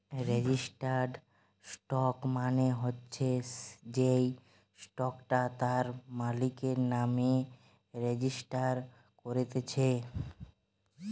registered stock মানে হচ্ছে যেই স্টকটা তার মালিকের নামে রেজিস্টার কোরছে